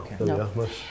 okay